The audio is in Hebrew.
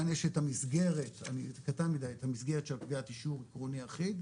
המסגרת של קביעת אישור עקרוני אחיד.